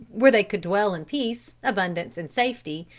where they could dwell in peace, abundance and safety,